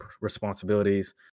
responsibilities